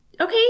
Okay